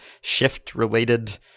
shift-related